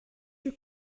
you